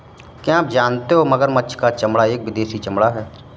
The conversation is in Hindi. क्या आप जानते हो मगरमच्छ का चमड़ा एक विदेशी चमड़ा है